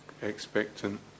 expectant